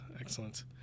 Excellent